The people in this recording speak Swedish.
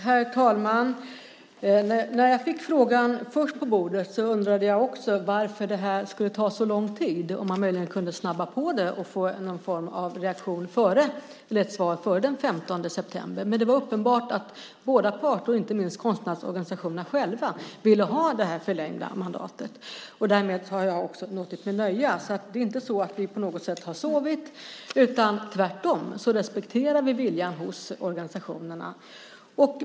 Herr talman! När jag först fick frågan på bordet så undrade jag också varför det här skulle ta så lång tid och om man möjligen kunde snabba på det och få någon form av reaktion eller svar före den 15 september, men det var uppenbart att båda parter, inte minst konstnärsorganisationerna själva, ville ha det här förlängda mandatet. Därmed har jag också låtit mig nöja. Det är alltså inte så att vi på något sätt har sovit utan tvärtom respekterar vi viljan hos organisationerna.